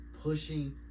pushing